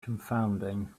confounding